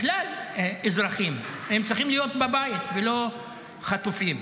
בכלל, אזרחים, הם צריכים להיות בבית ולא חטופים.